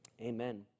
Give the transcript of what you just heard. amen